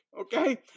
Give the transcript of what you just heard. Okay